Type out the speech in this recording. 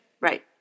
Right